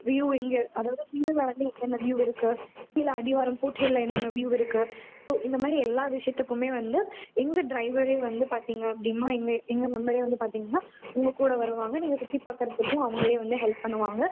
view எங்கே அதாவது சின்னதாக வந்து எத்தனை வியூவ் இருக்குது கீழே அடிவாரம் ஃபூட் ஹிலில் என்னென்ன வியூவ் இருக்குது ஸோ இந்த மாதிரி எல்லாம் விஷியத்துக்கும் வந்து எங்கள் ட்ரைவரே வந்து பார்த்தீங்க அப்படின்னா எங்கள் எங்கள் மெம்பரே வந்து பார்த்தீங்கன்னா உங்கக்கூட வருவாங்க நீங்கள் சுற்றி பார்க்குறதுக்கும் அவங்களே வந்து ஹெல்ப் பண்ணுவாங்க